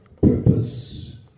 purpose